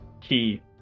Key